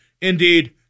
indeed